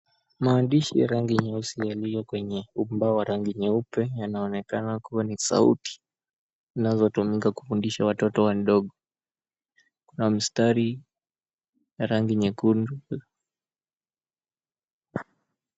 Maandishi ya rangi nyeusi yaliyo kwenye ubao wa rangi nyeupe yanaonekana kuwa ni sauti zinazotumika kufundisha watoto wadogo, kuna mstari ya rangi nyekundu.